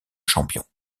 champion